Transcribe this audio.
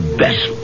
best